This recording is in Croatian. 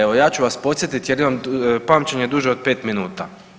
Evo ja ću vas podsjetiti jer imam pamćenje duže od 5 minuta.